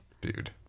dude